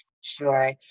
Sure